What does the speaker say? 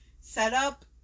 setup